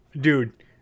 dude